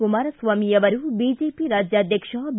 ಕುಮಾರಸ್ವಾಮಿ ಅವರು ಬಿಜೆಪಿ ರಾಜ್ಯಾಧ್ಯಕ್ಷ ಬಿ